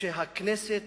כשהכנסת